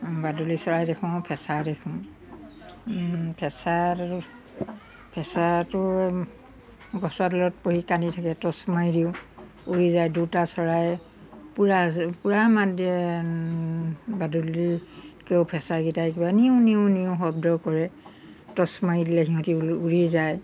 বাদুলি চৰাই দেখোঁ ফেঁচা দেখোঁ ফেঁচাতো ফেঁচাটো গছৰ ডালত পৰি কান্দি থাকে টৰ্ছ মাৰি দিওঁ উৰি যায় দুটা চৰাই পুৰা পুৰা বাদুলিতকৈও ফেঁচাকেইটাই কিবা নিউ নিউ নিউ শব্দ কৰে টৰ্ছ মাৰি দিলে সিহঁতে উৰি যায়